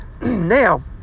Now